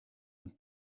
und